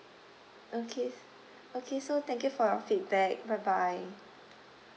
okay okay so thank you for your feedback bye bye